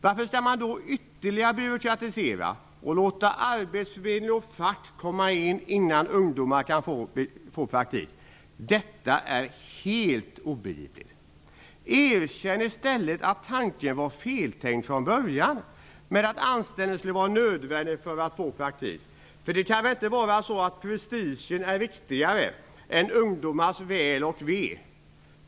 Varför skall man då byråkratisera ytterligare och låta arbetsförmedling och fack komma in innan ungdomar kan få praktik? Detta är helt obegripligt. Erkänn i stället att tanken med att anställning skulle vara nödvändig för att få praktik var feltänkt från början. Det kan väl inte vara så att prestigen är viktigare än ungdomars väl och ve.